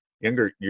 younger